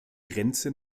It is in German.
grenze